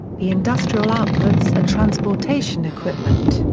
the industrial outputs are transportation equipment,